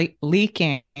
leaking